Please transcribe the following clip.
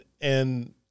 And-